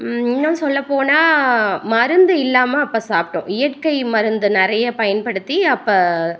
இன்னும் சொல்லப் போனால் மருந்து இல்லாமல் அப்போ சாப்பிட்டோம் இயற்கை மருந்து நிறைய பயன்படுத்தி அப்போ